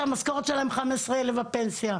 שהמשכורת שלהם עומד על כ-15,000 ₪ בפנסיה,